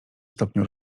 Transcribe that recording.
stopniu